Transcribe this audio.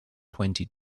twenty